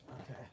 Okay